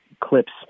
clips